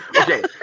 Okay